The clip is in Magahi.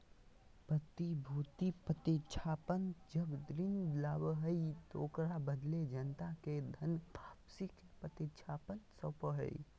प्रतिभूति प्रतिज्ञापत्र जब ऋण लाबा हइ, ओकरा बदले जनता के धन वापसी के प्रतिज्ञापत्र सौपा हइ